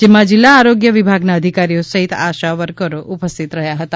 જેમાં જિલ્લા આરોગ્ય વિભાગના અધિકારીઓ સહિત આશા વર્કર ઉપસ્થિત રહ્યાં હતાં